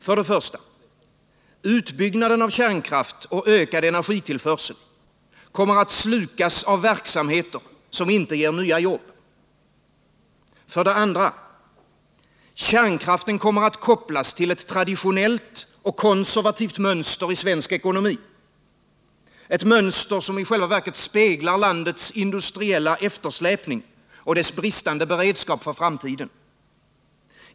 För det första: Den ökning av energitillförseln som en utbyggnad av kärnkraften ger kommer att slukas av verksamheter som inte ger nya jobb. För det andra: Kärnkraften kommer att kopplas till ett traditionellt och konservativt mönster i svensk ekonomi, ett mönster som i själva verket speglar landets industriella eftersläpning och dess bristande beredskap för framtiden.